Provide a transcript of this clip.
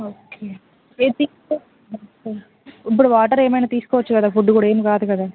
okay ఇప్పుడు water ఏమైనా తీసుకోవచ్చు కదా ఫుడ్ కూడా ఏం కాదు కదా